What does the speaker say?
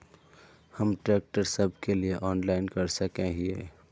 हम ट्रैक्टर सब के लिए ऑनलाइन कर सके हिये?